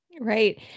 Right